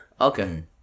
Okay